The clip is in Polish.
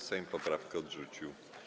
Sejm poprawkę odrzucił.